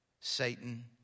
Satan